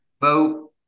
Vote